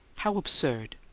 how absurd!